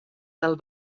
del